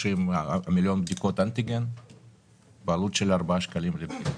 מיליון בדיקות אנטיגן בעלות של ארבעה שקלים לבדיקה.